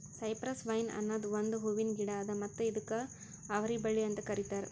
cypress vine ಅನದ್ ಒಂದು ಹೂವಿನ ಗಿಡ ಅದಾ ಮತ್ತ ಇದುಕ್ ಅವರಿ ಬಳ್ಳಿ ಅಂತ್ ಕರಿತಾರ್